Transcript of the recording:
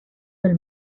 del